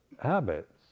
habits